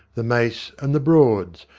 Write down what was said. the mace, and the broads,